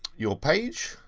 your page.